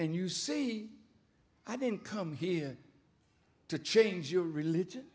and you see i didn't come here to change your religion